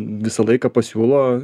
visą laiką pasiūlo